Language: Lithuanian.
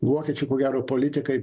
vokiečių ko gero politikai